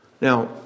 Now